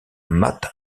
matt